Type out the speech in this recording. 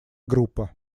группа